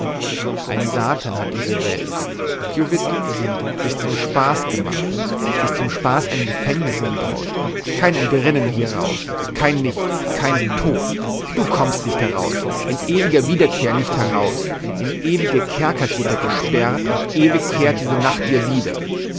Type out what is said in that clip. ein satan hat diese welt kiu witt sich zum spaß gemacht sich zum spaß ein gefängnis gebaut kein entrinnen hieraus kein nichts kein tod du kommst nicht heraus in ewiger wiederkehr nicht heraus in ewige kerkergitter gesperrt und ewig kehrt diese nacht dir wieder